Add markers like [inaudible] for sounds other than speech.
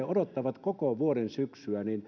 [unintelligible] odottavat koko vuoden syksyä